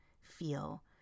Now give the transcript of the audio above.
feel